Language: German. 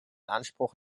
anspruch